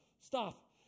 stop